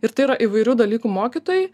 ir tai yra įvairių dalykų mokytojai